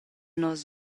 nos